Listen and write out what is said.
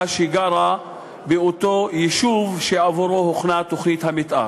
שגרה באותו יישוב שעבורו הוכנה תוכנית המתאר.